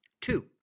Two